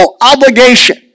obligation